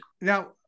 Now